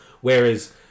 Whereas